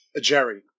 Jerry